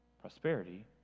Prosperity